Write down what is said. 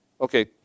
Okay